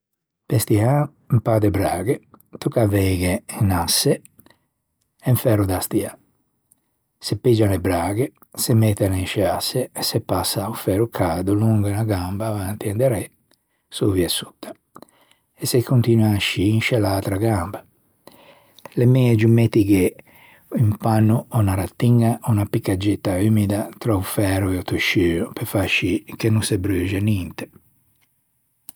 Pe stiâ un pâ de braghe, tocca aveighe un asse e un færo da stiâ. Se piggian e braghe, se mettan in sce l'asse e se passa o færo cado longo unna gamba avanti e inderê, sovia e sotta e se continua ascì in sce l'atra gamba. L'é megio mettighe un panno ò unna retiña ò unna piccaggetta umida tra o færo e o tesciuo pe fa scì che no se bruxe ninte.